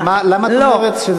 למה את אומרת,